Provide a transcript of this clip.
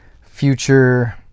future